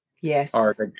Yes